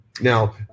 Now